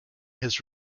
has